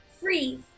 freeze